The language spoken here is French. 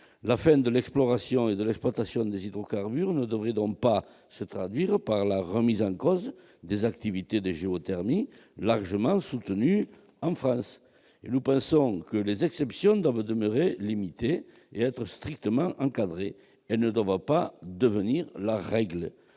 La fin de l'exploration et de l'exploitation des hydrocarbures ne devrait donc pas se traduire par la remise en cause des activités de géothermie, largement soutenues en France. Nous pensons que les exceptions doivent demeurer limitées et être strictement encadrées ; elles ne doivent pas devenir la règle.